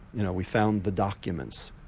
you know we found the documents.